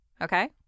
Okay